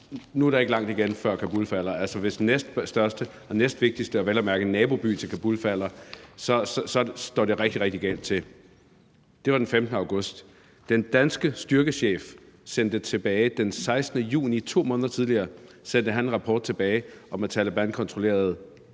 Nu er der ikke langt igen, før Kabul falder; hvis den næststørste og næstvigtigste by, og vel at mærke en naboby til Kabul, falder, så står det rigtig, rigtig galt til. Det var den 15. august. Den danske styrkechef sendte den 16. juni, altså 2 måneder tidligere, en rapport tilbage om, at Taleban kontrollerede